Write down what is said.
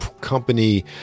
company